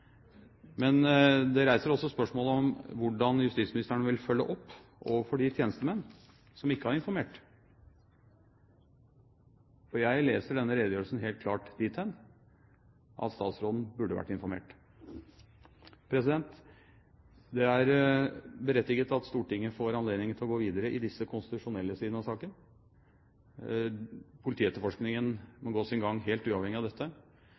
men det reiser også spørsmålet om hvordan justisministeren vil følge opp overfor de tjenestemenn som ikke har informert. Jeg leser denne redegjørelsen helt klart dit hen at statsråden burde ha vært informert. Det er berettiget at Stortinget får anledning til å gå videre i disse konstitusjonelle sidene av saken. Politietterforskningen må gå sin gang helt uavhengig av dette.